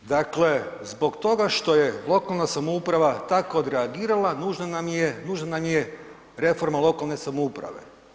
Dakle zbog toga što je lokalna samouprava tako odreagirala, nužna nam je reforma lokalne samouprave.